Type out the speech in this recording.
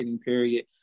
Period